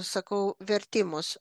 sakau vertimus